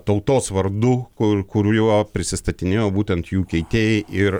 tautos vardu kur kuriuo prisistatinėjo būtent jų keitėjai ir